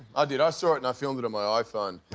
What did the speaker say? did. i saw it and i filmed it on my iphone.